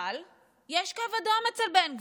אבל יש קו אדום אצל בן גביר.